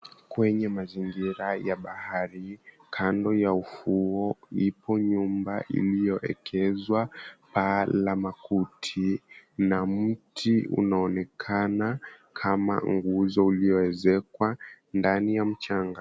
Kwenye mazingira ya bahari, kando ya ufuo, ipo nyumba iliyoekezwa paa la makuti na mti unaonekana kama nguzo ulioezekwa ndani ya mchanga.